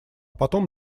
потом